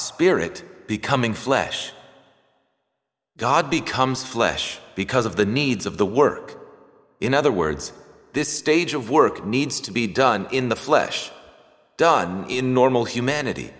spirit becoming flesh god becomes flesh because of the needs of the work in other words this stage of work needs to be done in the flesh done in normal humanity